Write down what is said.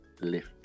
lift